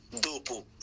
Dopo